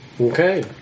Okay